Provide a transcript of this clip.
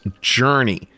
journey